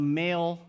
male